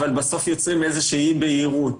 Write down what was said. אבל בסוף יוצרים איזושהי אי בהירות.